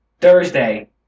Thursday